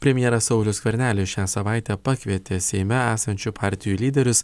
premjeras saulius skvernelis šią savaitę pakvietė seime esančių partijų lyderius